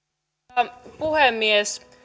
arvoisa puhemies